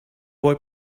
boy